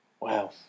Wow